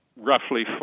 Roughly